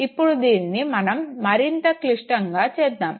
ఇప్పుడు దీనిని మనం మరింత క్లిష్టంగా చేద్దాం